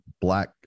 black